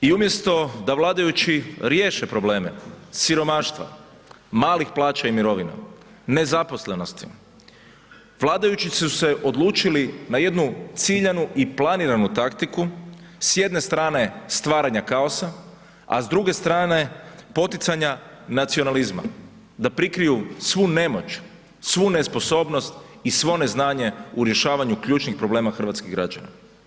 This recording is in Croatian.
I umjesto da vladajući riješe probleme siromaštva, malih plaća i mirovina, nezaposlenosti vladajući su se odlučili na jednu ciljanu i planiranu taktiku s jedne strane stvaranja kaosa, a s druge strane poticanja nacionalizma da prikriju svu nemoć, svu nesposobnost i svo neznanje u rješavanju ključnih problema hrvatskih građana.